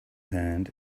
hand